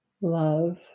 love